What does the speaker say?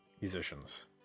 musicians